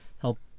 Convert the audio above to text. help